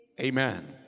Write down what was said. Amen